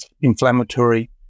inflammatory